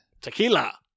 Tequila